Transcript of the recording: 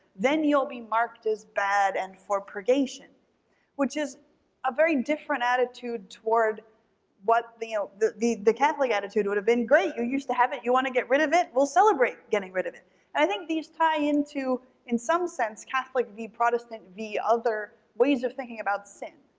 then you'll be marked as bad and for purgation which is a very different attitude toward what the the catholic attitude would've been, great, you used to have it, you want to get rid of it, we'll celebrate getting rid of it. and i think these tie into, in some sense, catholic v. protestant v. other ways of thinking about sin.